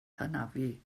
hanafu